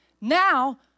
now